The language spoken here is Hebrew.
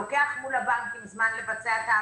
לוקח מול הבנקים זמן לבצע את ההעברה.